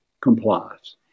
complies